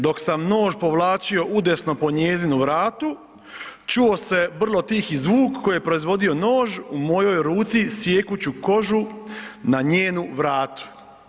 Dok sam nož povlačio udesno po njezinom vratu čuo se vrlo tihi zvuk koji je proizvodio nož u mojoj ruci sijekući kožu na njenu vratu.